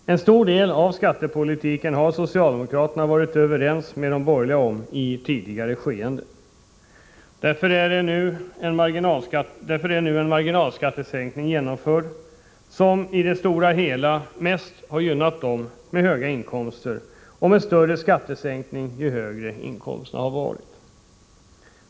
Till stor del har socialdemokraterna i ett tidigare skede varit överens med de borgerliga om denna skattepolitik. Därför är nu en marginalskattesänkning genomförd, vilken mest gynnar dem med höga inkomster. Ju högre inkomsterna är, desto större blir skattesänkningen.